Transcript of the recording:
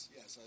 Yes